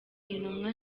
intumwa